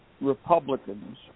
Republicans